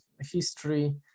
history